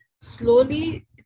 slowly